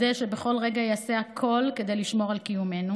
ורוצה לוודא שבכל רגע ייעשה הכול כדי לשמור על קיומנו